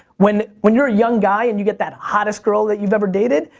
when when you're a young guy, and you get that hottest girl that you've ever dated,